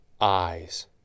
eyes